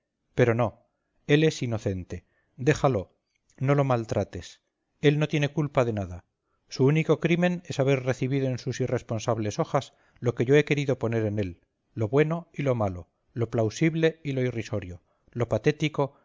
pero no él es inocente déjalo no lo maltrates él no tiene culpa de nada su único crimen es haber recibido en sus irresponsables hojas lo que yo he querido poner en él lo bueno y lo malo lo plausible y lo irrisorio lo patético